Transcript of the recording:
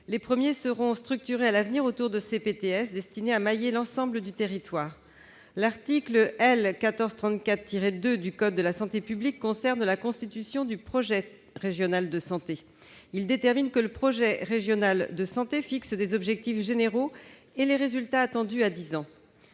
Les premiers seront structurés à l'avenir autour de ces PTS, destinés à mailler l'ensemble du territoire. L'article L. 1434-2 du code de la santé publique concerne la constitution du projet régional de santé. Il détermine que le projet régional de santé fixe des objectifs généraux et les résultats attendus à dix ans.